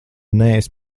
neesi